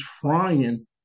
trying